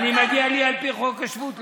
ומגיע לי על פי חוק השבות.